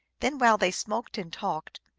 then while they smoked and talked,